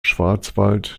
schwarzwald